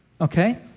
okay